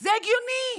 זה הגיוני.